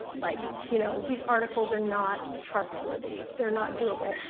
like you know, these articles are not trustworthy. they're not doable.